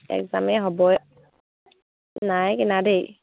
এক্সামেই হ'বয়ে নাই কিনা দেই